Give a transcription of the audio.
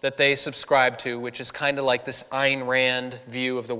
that they subscribe to which is kind of like this i mean rand view of the